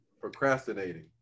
procrastinating